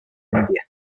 india